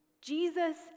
Jesus